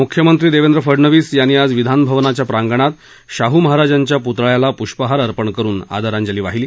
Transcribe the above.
मुख्यमंत्री देवेंद्र फडणवीस यांनी आज विधान भवनाच्या प्रांगणात शाह् महाराजांच्या प्रतळ्याला प्रष्पहार अर्पण करुन आदरांजली वाहिली